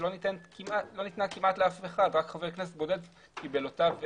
שלא ניתנה כמעט לאף אחד רק חבר כנסת בודד קיבל אותה,